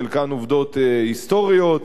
חלקן עובדות היסטוריות,